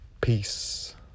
Peace